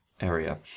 area